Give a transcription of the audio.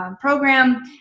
Program